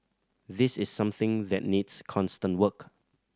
this is something that needs constant work